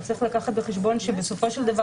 אבל צריך לקחת בחשבון שבסופו של דבר,